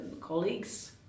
colleagues